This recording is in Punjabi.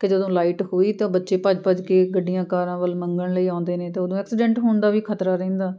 ਕਿ ਜਦੋਂ ਲਾਈਟ ਹੋਈ ਤਾਂ ਬੱਚੇ ਭੱਜ ਭੱਜ ਕੇ ਗੱਡੀਆਂ ਕਾਰਾਂ ਵੱਲ ਮੰਗਣ ਲਈ ਆਉਂਦੇ ਨੇ ਅਤੇ ਉਦੋਂ ਐਕਸੀਡੈਂਟ ਹੋਣ ਦਾ ਵੀ ਖਤਰਾ ਰਹਿੰਦਾ